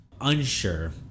Unsure